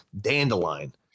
dandelion